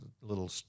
little